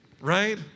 right